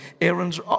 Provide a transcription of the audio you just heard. Aaron's